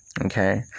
Okay